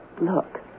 Look